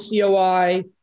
COI